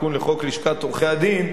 התיקון לחוק לשכת עורכי-הדין,